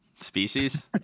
species